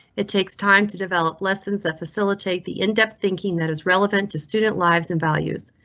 it takes time to develop lessons that facilitate the in depth thinking that is relevant to student lives in values.